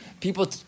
people